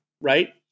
right